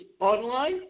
online